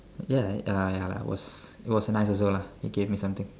ya uh ya I was it was nice also lah he gave me something